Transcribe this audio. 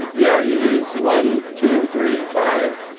yeah. you use one, two, three, five,